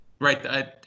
Right